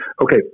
Okay